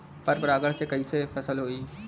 पर परागण से कईसे फसल होई?